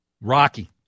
Rocky